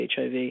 HIV